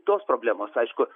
tos problemos aišku